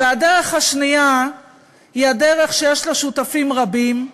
והדרך השנייה היא הדרך שיש לה שותפים רבים.